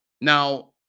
Now